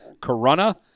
Corona